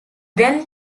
then